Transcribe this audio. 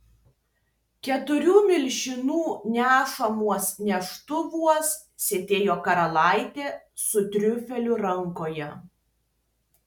keturių milžinų nešamuos neštuvuos sėdėjo karalaitė su triufeliu rankoje